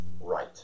right